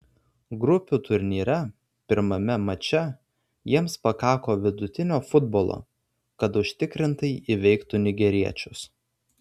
grupių turnyre pirmame mače jiems pakako vidutinio futbolo kad užtikrintai įveiktų nigeriečius